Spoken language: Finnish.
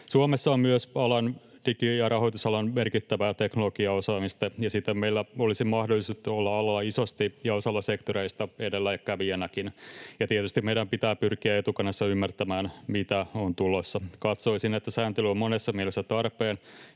Suomessa on myös digi- ja rahoitusalan merkittävää teknologiaosaamista, ja siten meillä olisi mahdollisuudet olla alalla isosti ja osalla sektoreista edelläkävijänäkin, ja tietysti meidän pitää pyrkiä etukenossa ymmärtämään, mitä on tulossa. Katsoisin, että sääntely on monessa mielessä tarpeen